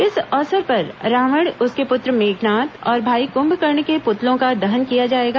इस अवसर पर रावण उसके पुत्र मेघनाद और भाई कुम्भकर्ण के पुतलों का दहन किया जाएगा